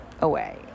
away